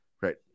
right